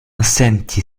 assenti